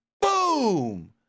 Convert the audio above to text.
boom